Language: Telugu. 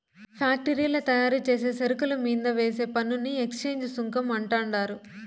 ఫ్యాక్టరీల్ల తయారుచేసే సరుకుల మీంద వేసే పన్నుని ఎక్చేంజ్ సుంకం అంటండారు